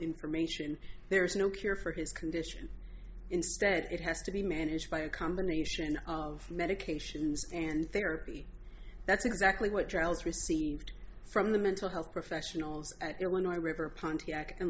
information there is no cure for his condition instead it has to be managed by a combination of medications and therapy that's exactly what charles received from the mental health professionals there were no river pontiac